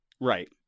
Right